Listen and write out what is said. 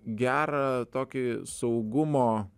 gerą tokį saugumo